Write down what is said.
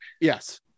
Yes